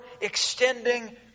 extending